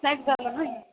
snack झालं ना हे